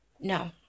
No